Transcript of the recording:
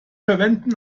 verwenden